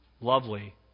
lovely